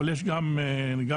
אבל יש גם נדל"ן,